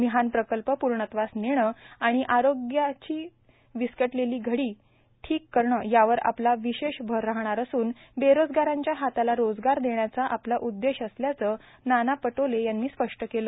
मिहान प्रकल्प पूर्णत्वास नेणे आणि आरोग्याची विस्कटलेली घडी ठीक करणं यावर आपला विशेष भर राहणार असून बरोजगारांच्या हाताला रोजगार देण्याचं आपला उद्देश असल्याचं नाना पटोले यांनी स्पष्ट केलं